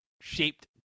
shaped